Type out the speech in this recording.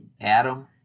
Adam